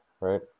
right